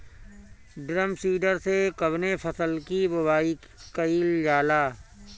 Drum seeder से कवने फसल कि बुआई कयील जाला?